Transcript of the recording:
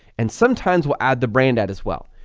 and sometimes we'll add the brand out as well.